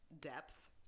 depth